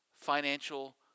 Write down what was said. financial